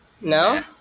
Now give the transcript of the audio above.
no